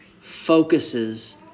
focuses